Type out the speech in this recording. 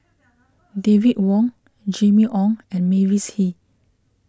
David Wong Jimmy Ong and Mavis Hee